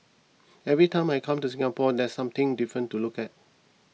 every time I come to Singapore there's something different to look at